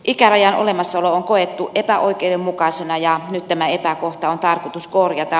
ikärajan olemassaolo on koettu epäoikeudenmukaisena ja nyt tämä epäkohta on tarkoitus korjata